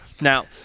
Now